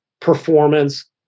performance